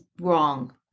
wrong